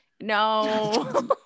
No